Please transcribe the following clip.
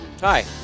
Hi